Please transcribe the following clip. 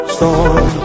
Storm